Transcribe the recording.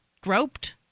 groped